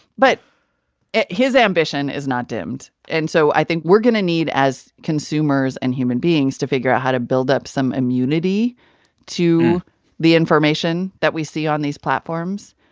but his ambition is not dimmed. and so i think we're going to need, as consumers and human beings, to figure out how to build up some immunity to the information that we see on these platforms.